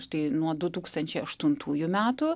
štai nuo du tūkstančiai aštuntųjų metų